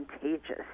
contagious